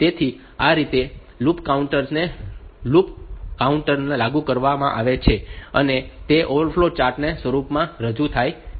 તેથી આ રીતે આ લૂપ કાઉન્ટર ને લૂપ કાઉન્ટર લાગુ કરવામાં આવે છે અને તે ફ્લો ચાર્ટ ના સ્વરૂપમાં રજૂ થાય છે